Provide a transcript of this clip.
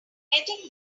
getting